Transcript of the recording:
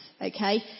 okay